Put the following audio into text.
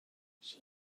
she